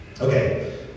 Okay